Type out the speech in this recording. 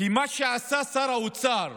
כי מה שעשה שר האוצר,